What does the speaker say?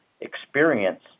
experience